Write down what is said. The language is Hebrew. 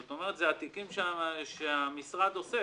זאת אומרת, זה התיקים שהמשרד עושה